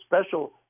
special